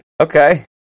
Okay